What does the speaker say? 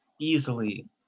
easily –